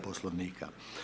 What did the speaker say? Poslovnika.